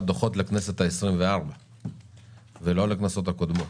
דוחות לכנסת ה-24 ולא לכנסות הקודמות.